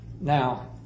now